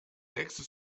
nächste